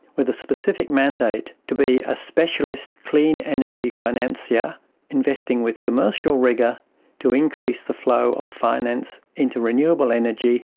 with a specific mandate to be a specialist clean energy financier investing with commercial rigour to increase the flow of finance into renewable energy,